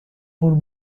por